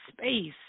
space